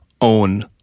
own